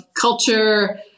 culture